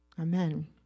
Amen